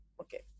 Okay